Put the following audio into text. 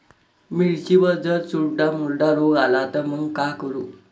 मिर्चीवर जर चुर्डा मुर्डा रोग आला त मंग का करू?